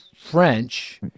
French